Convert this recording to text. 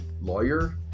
lawyer